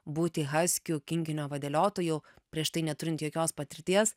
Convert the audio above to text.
būti haskių kinkinio vadeliotoju prieš tai neturint jokios patirties